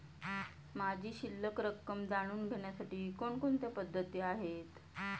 माझी शिल्लक रक्कम जाणून घेण्यासाठी कोणकोणत्या पद्धती आहेत?